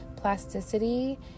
plasticity